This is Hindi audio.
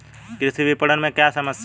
कृषि विपणन में क्या समस्याएँ हैं?